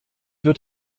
wird